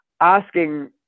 asking